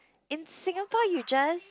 in Singapore you just